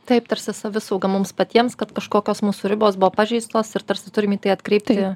taip tarsi savisauga mums patiems kad kažkokios mūsų ribos buvo pažeistos ir tarsi turim į tai atkreipti